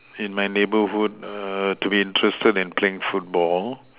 in my neighbourhood err to be interested in playing football